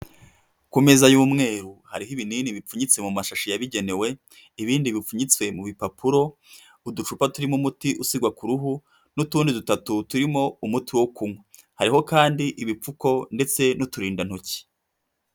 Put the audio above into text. Ku meza y'umweru hariho ibinini bipfunyitse mu mashashi yabigenewe, ibindi bipfunyitse mu bipapuro, uducupa turimo umuti usigwa ku ruhu, n'utundi dutatu turimo umuti wo kunywa, hariho kandi ibipfuko ndetse n'uturindantoki.